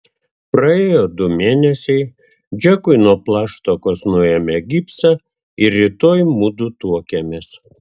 praėjo du mėnesiai džekui nuo plaštakos nuėmė gipsą ir rytoj mudu tuokiamės